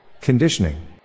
Conditioning